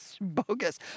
bogus